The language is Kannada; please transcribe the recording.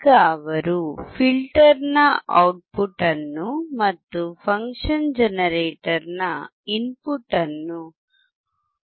ಈಗ ಅವರು ಫಿಲ್ಟರ್ನ ಔಟ್ಪುಟ್ಅನ್ನು ಮತ್ತು ಫನ್ಕ್ಷನ್ ಜನರೇಟರ್ ನ ಇನ್ಪುಟ್ ಅನ್ನು ಆಸಿಲ್ಲೋಸ್ಕೋಪ್ಗೆ ಸಂಪರ್ಕಿಸುತ್ತಿದ್ದಾರೆ